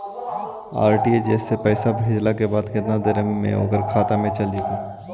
RTGS से पैसा भेजला के बाद केतना देर मे ओकर खाता मे चल जितै?